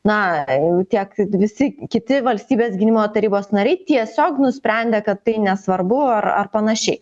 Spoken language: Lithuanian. na tiek visi kiti valstybės gynimo tarybos nariai tiesiog nusprendė kad tai nesvarbu ar ar panašiai